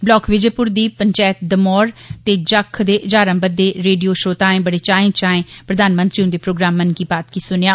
block Vijaypur दी पंचायत दमौर ते जख दे ज्हारा बद्दे रेडियो श्रोताएं बड़े चाएं चाएं कन्नै प्रधानमंत्री उन्दे प्रोग्राम 'मन की बात' गी सुनेआ